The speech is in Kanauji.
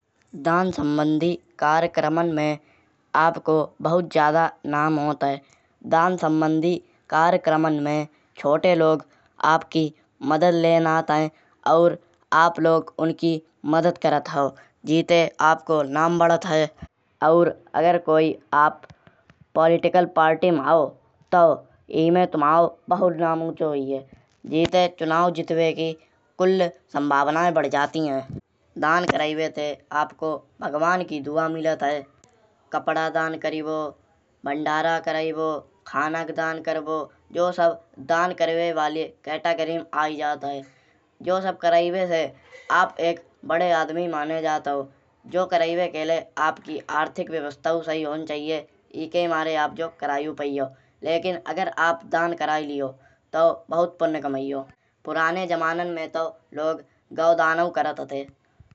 दान सम्बन्धी कार्यक्रमन में आपको बहुत ज्यादा नाम होत है। दान सम्बन्धी कार्यक्रमन में छोटे लोग आपकी मदद लेन आत है। और आप लोग उनकी मदद करत हौ। जीते आपको नाम बढ़त है। और अगर कोई आप कोई पॉलिटिकल पार्टी मा हौ। तौ ईमें तुम्हौ बहुत नाम उच्चो हुईए। जीते चुनाब जितवे की कुल सम्भावनाएँ बढ़ जाति है। दान कराibe ते आपको भगवान की दुआ मिलत है। कपड़ा दान करिबो भंडारा कराइबो खाना का दान करिबो। जौ सब दान करिबे वाले कटेगरी मा आयी जात है। जौ सब करिबे से आप एक बड़े आदमी माने जात हौ। जौ कराibे के लये आपकी आर्थिक व्यवस्थाओ सहीं होन चाहिए। ईके मारे आप जौ कराई पइयौ। लेकिन अगर आप दान कराई लियो। तौ बहुत पुण्य कमाइयो। पुराने जमानन में तौ लोग गऊ दानौ करत हते।